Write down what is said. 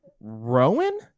Rowan